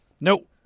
nope